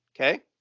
Okay